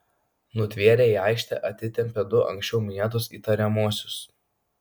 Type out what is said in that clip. nutvėrę į aikštę atitempė du anksčiau minėtus įtariamuosius